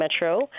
Metro